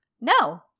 no